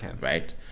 Right